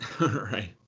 right